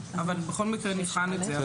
בכל מקרה נבחן את זה.